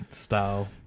style